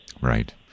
right